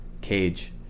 cage